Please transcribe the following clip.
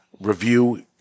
Review